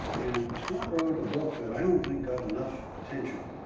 and scott wrote a book that i don't think got enough attention,